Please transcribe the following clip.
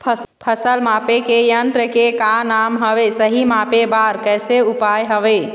फसल मापे के यन्त्र के का नाम हवे, सही मापे बार कैसे उपाय हवे?